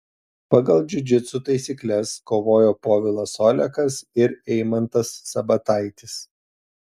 pagal džiudžitsu taisykles kovojo povilas olekas ir eimantas sabataitis